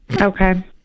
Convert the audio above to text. Okay